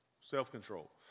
self-control